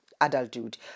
adulthood